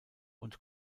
und